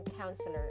counselor